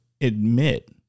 admit